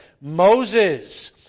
Moses